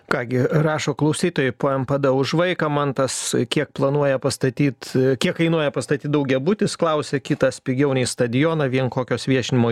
ką gi rašo klausytojai po mpd už vaiką mantas kiek planuoja pastatyt kiek kainuoja pastatyt daugiabutį klausia kitas pigiau nei stadioną vien kokios viešinimo